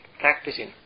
practicing